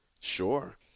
Sure